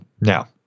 Now